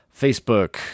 Facebook